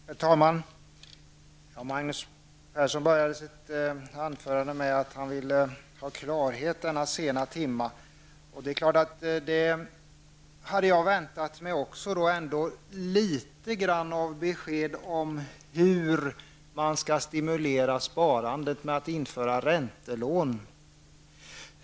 Herr talman! Magnus Persson började sitt anförande med att säga att han ville ha klarhet i denna sena timma. Också jag hade väntat mig åtminstone något besked om hur man skall stimulera sparandet genom att införa räntelån.